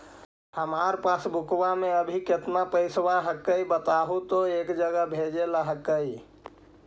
हमार पासबुकवा में अभी कितना पैसावा हक्काई बताहु तो एक जगह भेजेला हक्कई?